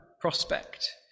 prospect